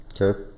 okay